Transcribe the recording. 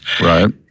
Right